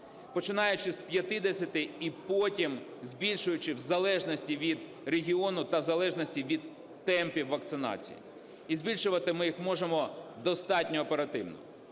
починаючи з 50-и і потім збільшуючи в залежності від регіону та в залежності від темпів вакцинації. І збільшувати ми їх можемо достатньо оперативно.